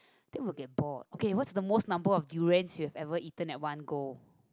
think I will get bored okay what's the most number of durians you have ever eaten at one go